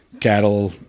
cattle